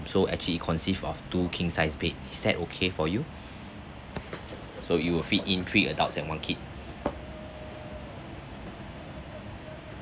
so actually it consist of two king size bed is that okay for you so it will fit in three adults and one kid